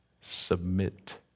Submit